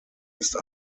ist